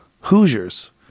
hoosiers